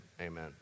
amen